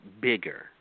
bigger